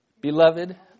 beloved